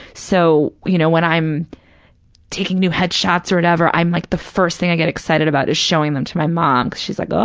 so, you know, when i'm taking new head shots or whatever, i'm like the first thing i get excited about is showing them to my mom, because she's like, oh,